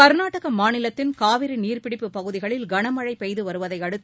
கர்நாடக மாநிலத்தின் காவிரி நீர்பிடிப்பு பகுதிகளில் கனமழை பெய்து வருவதையடுத்து